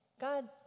God